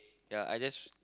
ya I just